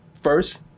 first